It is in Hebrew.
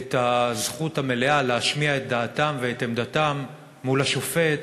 זכות מלאה להשמיע את דעתם ואת עמדתם מול השופט